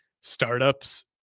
startups